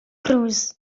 cruise